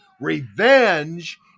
Revenge